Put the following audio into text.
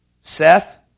Seth